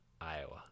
Iowa